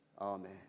Amen